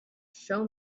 show